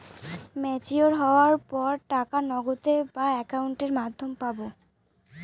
Mature হওয়ার পর টাকা নগদে না অ্যাকাউন্টের মাধ্যমে পাবো?